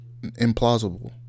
implausible